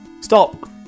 Stop